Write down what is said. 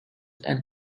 and